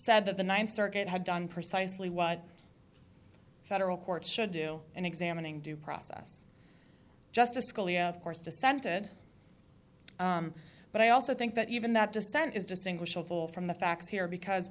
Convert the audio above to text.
said that the ninth circuit had done precisely what federal courts should do and examining due process justice scalia of course dissented but i also think that even that dissent is distinguishable from the facts here because